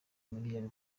miliyari